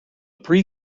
pre